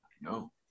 No